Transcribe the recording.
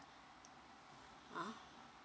(uh huh)